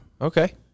Okay